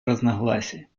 разногласий